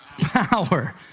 power